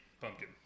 Pumpkin